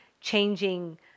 changing